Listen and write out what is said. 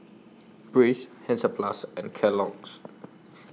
Breeze Hansaplast and Kellogg's